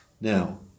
Now